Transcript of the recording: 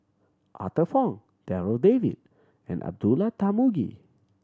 Arthur Fong Darryl David and Abdullah Tarmugi